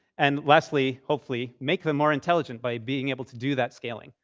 and lastly, hopefully, make them more intelligent by being able to do that scaling.